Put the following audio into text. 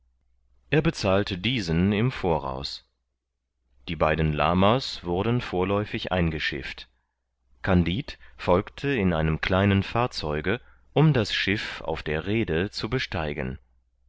er bezahlte diesen im voraus die beiden lama's wurden vorläufig eingeschifft kandid folgte in einem kleinen fahrzeuge um das schiff auf der rhede zu besteigen